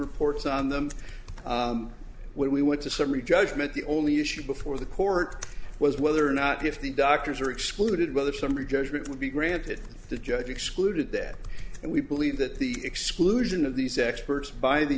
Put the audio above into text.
reports on them when we went to summary judgment the only issue before the court was whether or not if the doctors are excluded whether somebody's judgment would be granted the judge excluded that and we believe that the exclusion of these experts by the